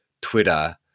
Twitter